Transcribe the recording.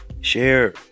share